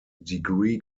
degree